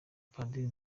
padiri